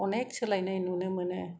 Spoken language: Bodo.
अनेख सोलायनाय नुनो मोनो